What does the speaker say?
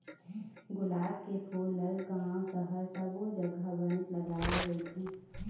गुलाब के फूल ल गाँव, सहर सब्बो जघा बनेच लगाय रहिथे